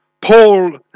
Paul